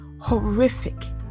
horrific